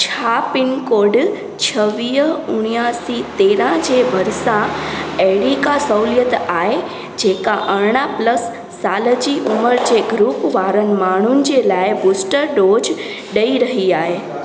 छा पिनकोड छवीह उणियासी तेरहं जे भरिसां अहिड़ी का सहूलियत आहे जेका अरड़हं प्लस साल जी उमिरि जे ग्रूप वारनि माण्हुनि जे लाइ बूस्टर डोज ॾई रही आहे